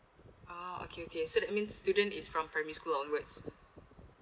ah okay okay so that means student is from primary school onwards